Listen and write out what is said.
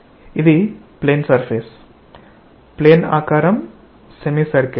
ఇది plane surface plane ఆకారం semi circle